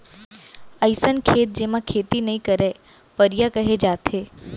अइसन खेत जेमा खेती नइ करयँ परिया कहे जाथे